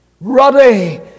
ruddy